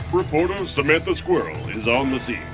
reporter samantha squirrel is on the scene.